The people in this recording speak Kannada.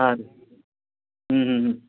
ಹಾಂ ರೀ ಹ್ಞೂ ಹ್ಞೂ ಹ್ಞೂ